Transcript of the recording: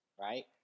Right